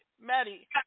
Maddie